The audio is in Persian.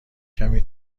کمی